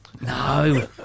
No